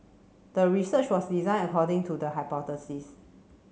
the research was designed according to the hypothesis